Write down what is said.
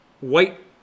white